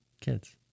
kids